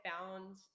found